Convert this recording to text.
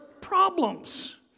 problems